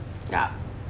yup